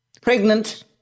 pregnant